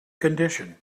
condition